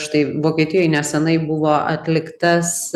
štai vokietijoj nesenai buvo atliktas